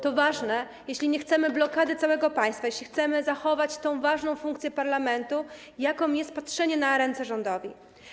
To ważne, jeśli nie chcemy blokady całego państwa, jeśli chcemy zachować tę ważną funkcję parlamentu, jaką jest patrzenie na ręce rządowi.